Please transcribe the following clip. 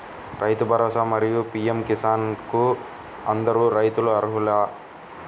రైతు భరోసా, మరియు పీ.ఎం కిసాన్ కు అందరు రైతులు అర్హులా?